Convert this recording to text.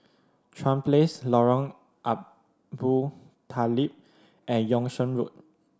Chuan Place Lorong Abu Talib and Yung Sheng Road